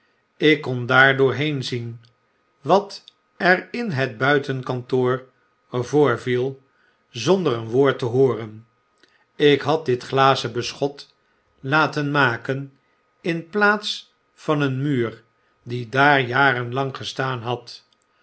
ik kon daardoor heenzien wat er in het buitenkantoor voorviel zonder een woord te hooren ik had dit glazen beschot laten maken in plaats van een muur die daar jarenlang gestaan had